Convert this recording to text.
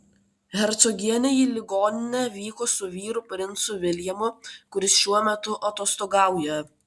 hercogienė į ligoninę vyko su vyru princu viljamu kuris šiuo metu atostogauja